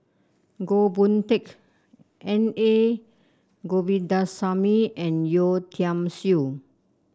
Goh Boon Teck N A Govindasamy and Yeo Tiam Siew